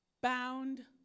bound